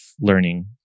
learning